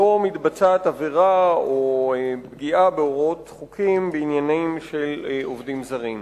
שלא מתבצעת עבירה או פגיעה בהוראות חוקים בעניינים של עובדים זרים.